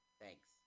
Thanks